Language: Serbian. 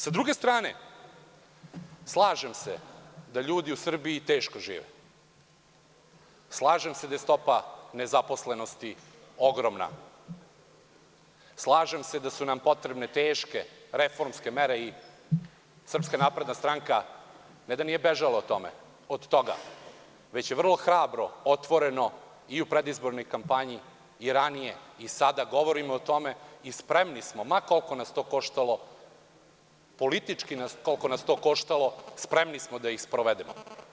Sa druge strane, slažem se da ljudi u Srbiji teško žive, slažem se da je stopa nezaposlenosti ogromna, slažem se da su nam potrebne teške reformske mere i SNS, ne da nije bežala od toga, već je vrlo hrabro, otvoreno, i u predizbornoj kampanji, i ranije, i sada govorim o tome i spremni smo, ma koliko nas to koštalo, politički koliko nas to koštalo, spremni smo da ih sprovedemo.